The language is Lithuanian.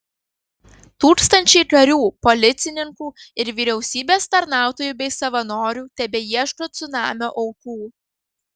tūkstančiai karių policininkų ir vyriausybės tarnautojų bei savanorių tebeieško cunamio aukų